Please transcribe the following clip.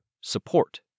support